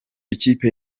ikipe